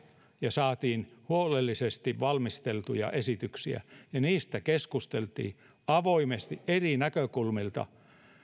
ja saimme huolellisesti valmisteltuja esityksiä ja niistä keskustelimme avoimesti eri näkökulmilta